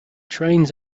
trains